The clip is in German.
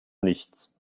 nichts